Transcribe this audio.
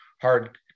hard